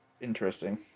Interesting